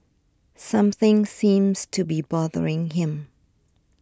something seems to be bothering him